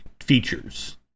features